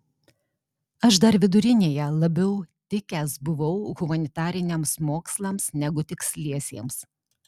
aš dar vidurinėje labiau tikęs buvau humanitariniams mokslams negu tiksliesiems